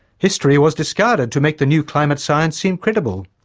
history was discarded to make the new climate science seem credible.